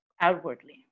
outwardly